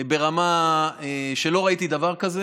ברמה שלא ראיתי דבר כזה.